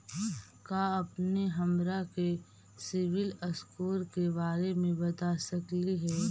का अपने हमरा के सिबिल स्कोर के बारे मे बता सकली हे?